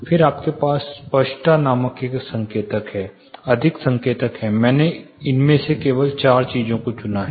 फिर आपके पास स्पष्टता नामक एक संकेतक है अधिक संकेतक हैं मैंने इनमें से केवल चार चीजों को चुना है